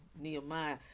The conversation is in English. Nehemiah